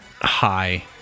Hi